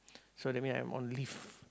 so that mean I'm on leave